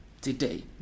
today